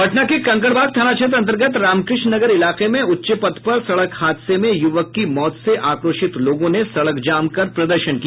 पटना के कंकड़बाग थाना क्षेत्र अंतर्गत रामकृष्ण नगर इलाके में उच्च पथ पर सड़क हादसे में युवक की मौत से आक्रोशित लोगों ने सड़क जाम कर प्रदर्शन किया